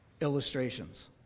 illustrations